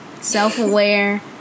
self-aware